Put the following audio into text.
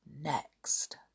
next